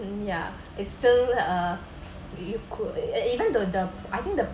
hmm ya it's still uh you could eh even though the I think the